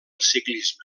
ciclisme